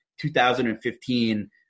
2015